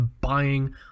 buying